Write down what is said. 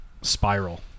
spiral